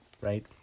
right